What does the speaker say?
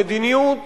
המדיניות